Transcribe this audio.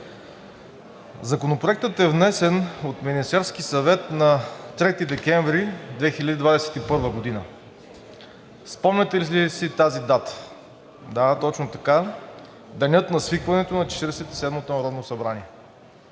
Законопроектът е внесен от Министерския съвет на 3 декември 2021 г. Спомняте ли си тази дата? Да, точно така, денят на свикването на Четиридесет